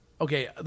okay